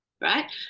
right